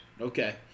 Okay